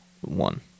one